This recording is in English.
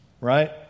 right